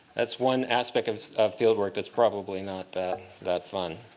that's one aspect of fieldwork that's probably not that that fun.